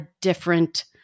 different